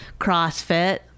CrossFit